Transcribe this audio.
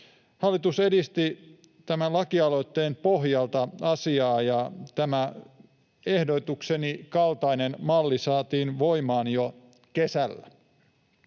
Hallitus edisti tämän lakialoitteen pohjalta asiaa, ja tämän ehdotukseni kaltainen malli saatiin voimaan jo kesällä.